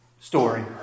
story